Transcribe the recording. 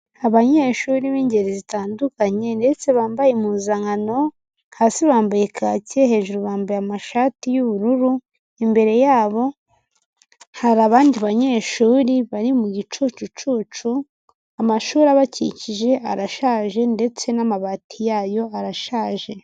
Abanyeshuri b'ingeri zitandukanye ndetse bambaye impuzankano, hasi bambaye kaki hejuru bambaye amashati y'ubururu, imbere yabo hari abandi banyeshuri bari mu gicucucucu, amashuri abakikije arashaje ndetse n'amabati yayo arashaje.